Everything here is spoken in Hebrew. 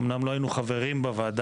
אמנם לא היינו חברים בוועדה,